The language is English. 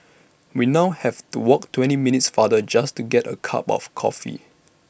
we now have to walk twenty minutes farther just to get A cup of coffee